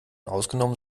ausgenommen